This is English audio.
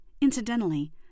Incidentally